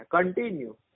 Continue